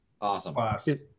Awesome